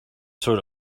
sort